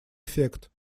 эффект